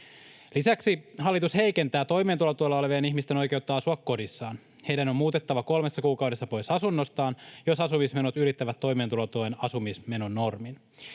Lisäksi hallitus heikentää toimeentulotuella olevien ihmisten oikeutta asua kodissaan. Heidän on muutettava kolmessa kuukaudessa pois asunnostaan, jos asumismenot ylittävät toimeentulotuen asumismenonormin.